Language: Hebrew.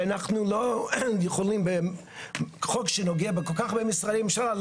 שאנחנו לא יכולים בחוק שנוגע בכל כך הרבה משרדי ממשלה,